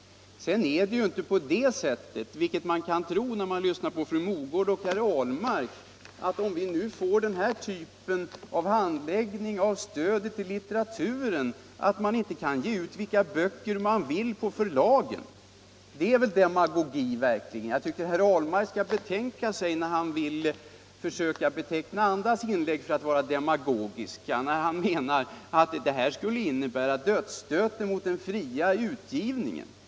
Det är inte så som man kan tro efter att ha lyssnat på fru Mogård och herr Ahlmark, att man inte, om vi nu får denna typ av handläggning av stödet till litteraturen, kan ge ut vilka böcker man vill på förlagen. Ett sådant påstående är verkligen demagogi. Herr Ahlmark skall betänka sig, när han försöker beteckna andras inlägg såsom demagogiska. Han menar att detta skall innebära dödsstöten mot den fria utgivningen.